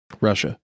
Russia